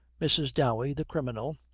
mrs. dowey, the criminal,